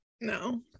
no